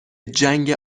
جنگ